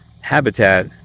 habitat